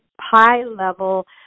high-level